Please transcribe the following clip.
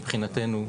מבחינתנו,